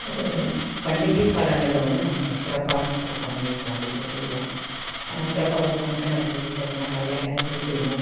ஒரு பண்டிகை காலங்களில் வந்து நம்ம சிறப்பான சில சமையல்கள்லாம் வீட்டில் செய்வோம் சிறப்பாக ஒரு ஃபங்க்ஷன் நடக்குது வீட்டில் அப்படின்னா காலையில் கேசரி செய்வோம்